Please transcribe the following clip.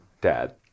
Dad